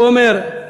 הוא אומר,